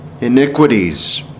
iniquities